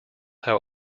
how